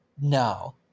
No